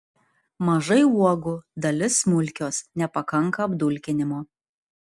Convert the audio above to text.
mažai uogų dalis smulkios nepakanka apdulkinimo